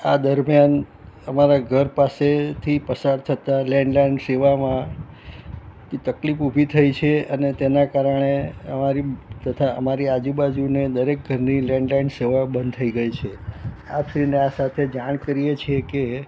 આ દરમ્યાન અમારા ઘર પાસેથી પસાર થતાં લેન્ડ લાઇન સેવામાં કે તકલીફ ઊભી થઈ છે અને તેના કારણે અમારી તથા અમારી આજુબાજુના દરેક ઘરની લેન્ડ લાઇન સેવાઓ બંધ થઈ ગઈ છે આપશ્રીને આ સાથે જાણ કરીએ છીએ કે